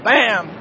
Bam